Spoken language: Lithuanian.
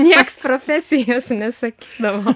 niekas profesijos nesakydavo